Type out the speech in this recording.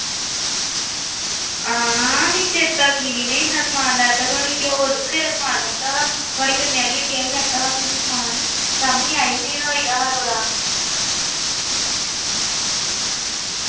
हां मिगी चेता की निं में इन्ना समान लैता थुआढ़ी हट्टिया होर बी बथ्हेरा समान लैता हा थुआढ़ी कन्नै आह्ली हट्टी दा बी लैता हा फ्ही में समान शाम्मी आई ही न्हेरा होई गेदा हा थोह्ड़ा